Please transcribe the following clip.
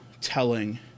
telling